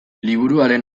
liburuaren